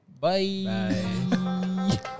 Bye